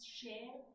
share